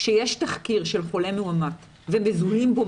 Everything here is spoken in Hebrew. כשיש תחקיר של חולה מאומת ומזוהים בו